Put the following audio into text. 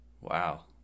Wow